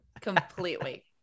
completely